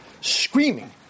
screaming